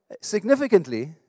significantly